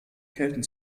kelten